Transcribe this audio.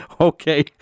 Okay